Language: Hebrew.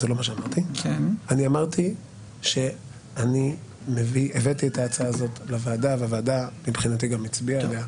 אני הבאתי את ההצעה הזאת לוועדה והוועדה מבחינתי גם הצביעה עליה